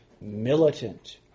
militant